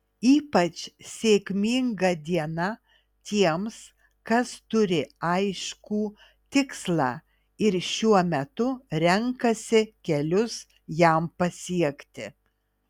ypač sėkminga diena tiems kas turi aiškų tikslą ir šiuo metu renkasi kelius jam pasiekti